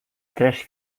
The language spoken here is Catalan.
tres